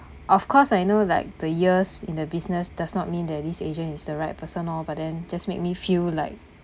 of course I know like the years in the business does not mean that this agent is the right person loh but then just make me feel like